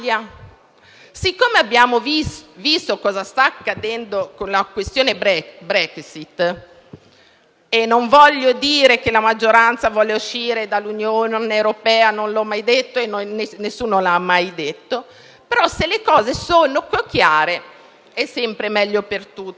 Siccome abbiamo visto che cosa sta accadendo con la vicenda Brexit - e non voglio dire che la maggioranza vuole uscire dall'Unione europea, non l'ho mai detto e nessuno lo ha mai detto - se le cose sono chiare, è sempre meglio per tutti.